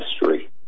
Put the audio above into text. history